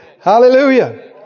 Hallelujah